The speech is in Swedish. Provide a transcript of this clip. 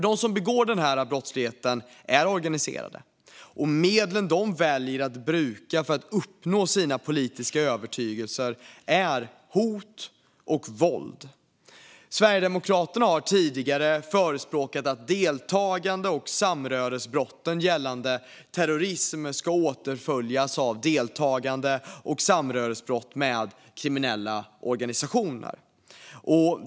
De som begår brottsligheten är organiserade, och medlen de väljer att bruka för att uppnå sina politiska övertygelser är hot och våld. Sverigedemokraterna har tidigare förespråkat att deltagande och samröresbrotten gällande terrorism ska åtföljas av deltagande och samröresbrott gällande kriminella organisationer.